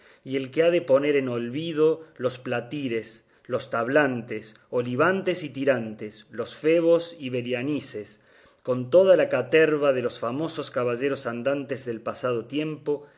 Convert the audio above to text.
y el que ha de poner en olvido los platires los tablantes olivantes y tirantes los febos y belianises con toda la caterva de los famosos caballeros andantes del pasado tiempo